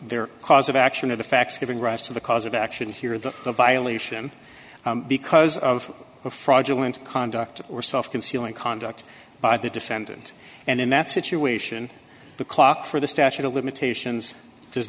their cause of action or the facts giving rise to the cause of action here the violation because of a fraudulent conduct or self concealing conduct by the defendant and in that situation the clock for the statute of limitations does